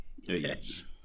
Yes